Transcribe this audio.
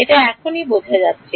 এটা এখনই বোঝা যাচ্ছে